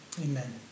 Amen